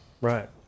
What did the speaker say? Right